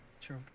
True